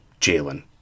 Jalen